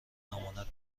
امانت